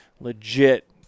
legit